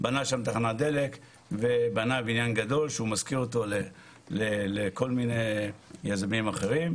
בנה שם תחנת דלק ובנה בניין גדול שהוא משכיר אותו לכל מיני יזמים אחרים,